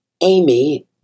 Amy